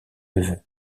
neveux